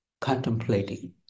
contemplating